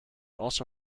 also